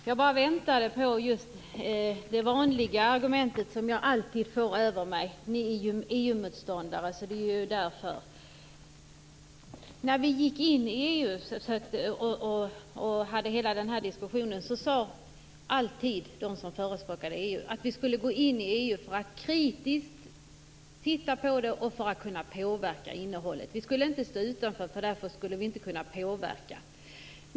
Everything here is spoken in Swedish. Fru talman! Jag bara väntade på det vanliga argument som jag alltid får höra: Ni är ju EU-motståndare, så det är väl därför. När vi i Sverige gick in i EU och hade hela den diskussionen sade alltid de som förespråkade EU att vi skulle gå med i EU för att kritiskt titta närmare på det och för att kunna påverka innehållet. Vi skulle inte stå utanför, för då skulle vi inte kunna påverka.